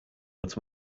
but